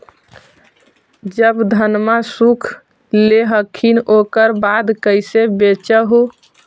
जब धनमा सुख ले हखिन उकर बाद कैसे बेच हो?